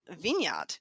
vineyard